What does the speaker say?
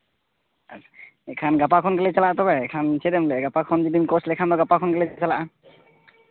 ᱟᱪᱪᱷᱟ ᱜᱟᱯᱟ ᱠᱷᱚᱱ ᱜᱮᱞᱮ ᱪᱟᱞᱟᱜᱼᱟ ᱛᱚᱵᱮ ᱮᱱᱠᱷᱟᱱ ᱪᱮᱫ ᱮᱢ ᱞᱟᱹᱭᱮᱜᱼᱟ ᱜᱟᱯᱟ ᱠᱷᱚᱱ ᱡᱩᱫᱤᱢ ᱠᱳᱪ ᱞᱮᱠᱷᱟᱱ ᱫᱚ ᱜᱟᱯᱟ ᱠᱷᱚᱱ ᱜᱮᱞᱮ ᱪᱟᱞᱟᱜᱼᱟ